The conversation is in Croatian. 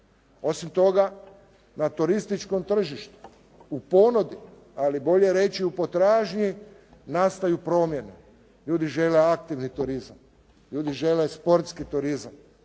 Osim toga, na turističkom tržištu u ponudi, ali bolje reći u potražnji nastaju promjene. Ljudi žele aktivni turizam. Ljudi žele sportski turizam.